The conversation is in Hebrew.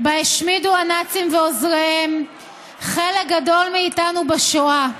בה השמידו הנאצים ועוזריהם חלק גדול מאיתנו בשואה,